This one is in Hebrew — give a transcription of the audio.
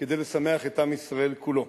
כדי לשמח את עם ישראל כולו.